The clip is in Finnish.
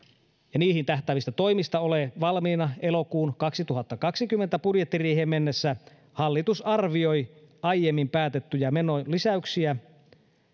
ja niihin tähtäävistä toimista ole valmiina elokuun kaksituhattakaksikymmentä budjettiriiheen mennessä hallitus arvioi aiemmin päätettyjä menolisäyksiä